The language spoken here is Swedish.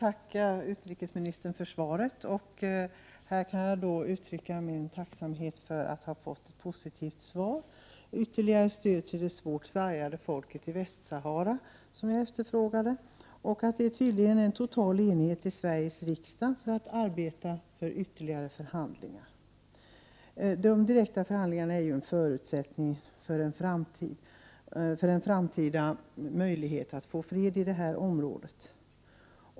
Herr talman! Jag tackar utrikesministern för ett positivt svar på min fråga om ytterligare stöd till det hårt sargade folket i Västsahara. Det råder tydligen en total enighet i Sveriges riksdag om att vi skall arbeta för ytterligare förhandlingar. De direkta förhandlingarna är ju en förutsättning för framtida möjligheter att få fred i detta område.